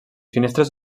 finestres